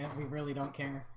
and we really don't care.